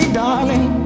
darling